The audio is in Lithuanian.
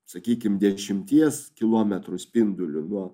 sakykim dešimties kilometrų spinduliu nuo